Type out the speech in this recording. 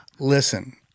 Listen